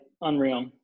Unreal